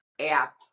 app